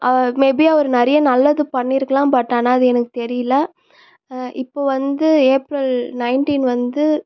maybe அவர் நிறைய நல்லது பண்ணி இருக்கலாம் பட் ஆனால் அது எனக்கு தெரியல இப்போ வந்து ஏப்ரல் நயன்ட்டீன் வந்து